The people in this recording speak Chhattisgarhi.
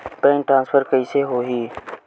बैंक ट्रान्सफर कइसे होही?